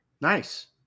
Nice